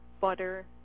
butter